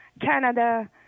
Canada